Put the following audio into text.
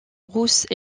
rousse